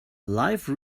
life